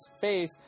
face